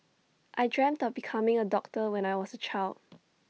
I dreamt of becoming A doctor when I was A child